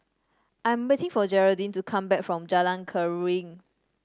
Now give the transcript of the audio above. I am waiting for Jeraldine to come back from Jalan Keruing